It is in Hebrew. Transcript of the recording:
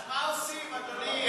אז מה עושים, אדוני?